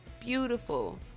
beautiful